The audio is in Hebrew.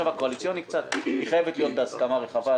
הקואליציוני: היא חייבת להיות בהסכמה רחבה,